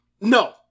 No